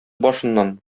башыннан